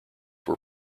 were